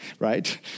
Right